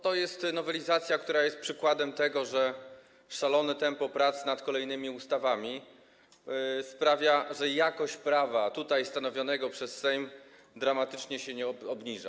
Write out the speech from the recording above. To jest nowelizacja, która jest przykładem tego, że szalone tempo prac nad kolejnymi ustawami sprawia, że jakość prawa stanowionego przez Sejm dramatycznie się obniża.